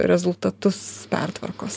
rezultatus pertvarkos